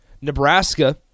Nebraska